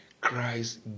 Christ